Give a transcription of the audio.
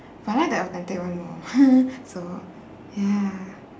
but I like the authentic one more so ya